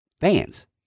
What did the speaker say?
fans